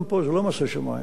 גם פה זה לא מעשה שמים,